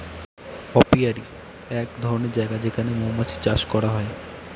apiary এক ধরনের জায়গা যেখানে মৌমাছি চাষ করা হয়